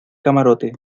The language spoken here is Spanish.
camarote